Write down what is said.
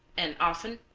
and, often,